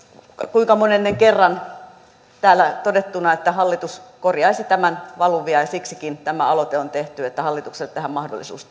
kuinka monennen kerran täällä todettuna että hallitus korjaisi tämän valuvian ja siksikin tämä aloite on tehty että hallitukselle tähän mahdollisuus